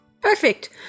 Perfect